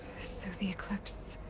so the eclipse.